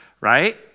right